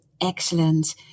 excellent